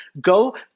go